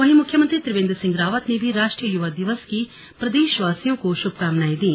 वहीं मुख्यमंत्री त्रिवेंद्र सिंह रावत ने भी राष्ट्रीय युवा दिवस की प्रदेशवासियों को शुभकामनाएं दी